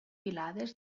filades